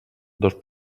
dos